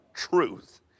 truth